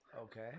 Okay